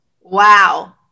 Wow